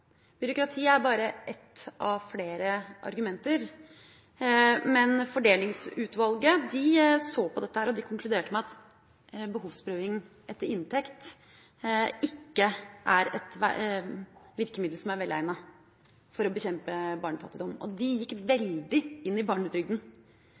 Byråkrati er bare et av flere argumenter. Fordelingsutvalget så på dette, og de konkluderte med at behovsprøving etter inntekt ikke er et virkemiddel som er velegnet for å bekjempe barnefattigdom, og de gikk